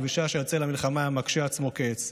ובשעה שיוצא למלחמה היה מקשה עצמו כעץ.